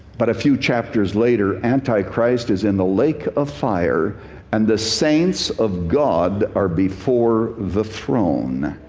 but a few chapters later, anti-christ is in the lake of fire and the saints of god are before the throne.